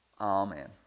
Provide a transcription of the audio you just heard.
Amen